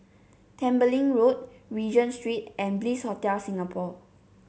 Tembeling Road Regent Street and Bliss Hotel Singapore